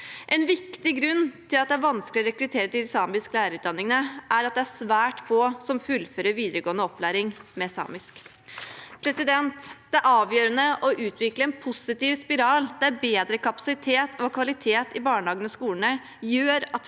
En viktig grunn til at det er vanskelig å rekruttere til de samiske lærerutdanningene, er at det er svært få som fullfører videregående opplæring med samisk. Det er avgjørende å utvikle en positiv spiral der bedre kapasitet og kvalitet i barnehagene og skolene gjør at